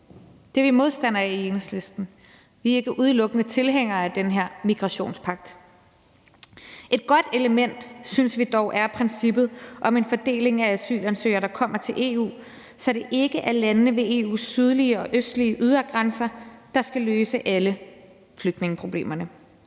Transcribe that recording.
er vi modstandere af i Enhedslisten, og vi er ikke udelukkende tilhængere af den her migrationspagt. Et godt element synes vi dog er princippet om en fordeling af asylansøgere, der kommer til EU, så det ikke er landene ved EU's sydlige og østlige ydergrænser, der skal løse alle flygtningeproblemerne.